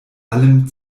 allem